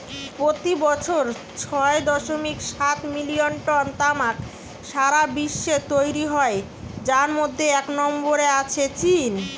পোতি বছর ছয় দশমিক সাত মিলিয়ন টন তামাক সারা বিশ্বে তৈরি হয় যার মধ্যে এক নম্বরে আছে চীন